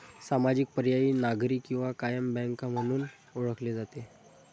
सामाजिक, पर्यायी, नागरी किंवा कायम बँक म्हणून ओळखले जाते